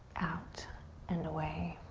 out and away.